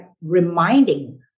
reminding